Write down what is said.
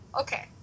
okay